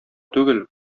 түгел